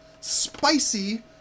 spicy